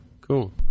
Cool